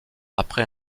après